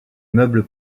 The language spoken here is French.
meubles